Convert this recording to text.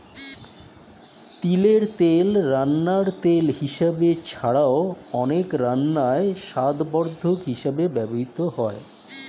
তিলের তেল রান্নার তেল হিসাবে ছাড়াও, অনেক রান্নায় স্বাদবর্ধক হিসাবেও ব্যবহৃত হয়